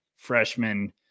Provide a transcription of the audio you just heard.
Freshman